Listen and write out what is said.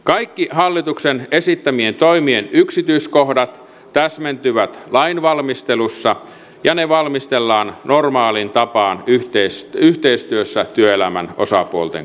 kaikki hallituksen esittämien toimien yksityiskohdat täsmentyvät lainvalmistelussa ja ne valmistellaan normaaliin tapaan yhteistyössä työelämän osapuolten kanssa